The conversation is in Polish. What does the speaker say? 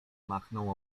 machnął